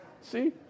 See